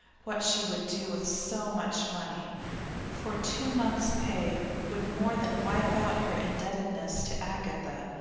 what she would do with so much money for two month's pay would more than wipe out her indebtedness to agatha,